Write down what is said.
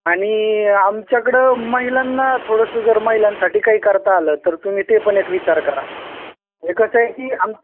आणि आमच्याकडं महिलांना थोडंसं जर महिलांसाठी काही करता आलं तर तुम्ही ते पण एक विचार करा ते कसं आहे की आम